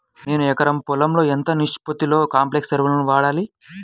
నేను ఎకరం పొలంలో ఎంత నిష్పత్తిలో కాంప్లెక్స్ ఎరువులను వాడాలి?